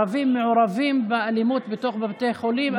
ערבים מעורבים באלימות בתוך בתי חולים,